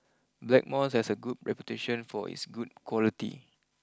Blackmores has a good reputation for its good quality